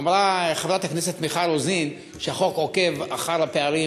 אמרה חברת הכנסת מיכל רוזין שהדוח עוקב אחר הפערים,